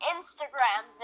Instagram